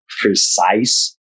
precise